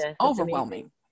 overwhelming